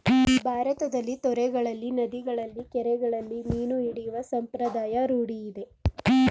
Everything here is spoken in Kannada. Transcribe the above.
ಭಾರತದಲ್ಲಿ ತೊರೆಗಳಲ್ಲಿ, ನದಿಗಳಲ್ಲಿ, ಕೆರೆಗಳಲ್ಲಿ ಮೀನು ಹಿಡಿಯುವ ಸಂಪ್ರದಾಯ ರೂಢಿಯಿದೆ